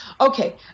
Okay